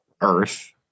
Earth